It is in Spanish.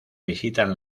visitan